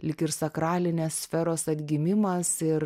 lyg ir sakralinės sferos atgimimas ir